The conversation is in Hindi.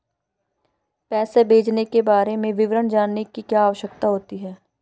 पैसे भेजने के बारे में विवरण जानने की क्या आवश्यकता होती है?